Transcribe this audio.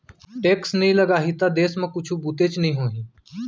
tax नइ लगाही त देस म कुछु बुतेच नइ होही